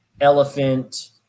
elephant